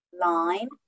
line